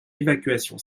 évacuation